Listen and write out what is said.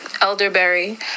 elderberry